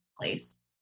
place